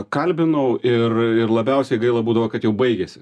kalbinau ir ir labiausiai gaila būdavo kad jau baigėsi